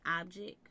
object